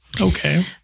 Okay